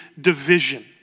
division